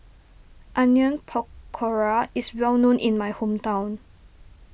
Onion Pakora is well known in my hometown